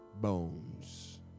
bones